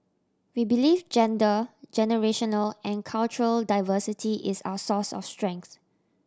we believe gender generational and cultural diversity is our source of strength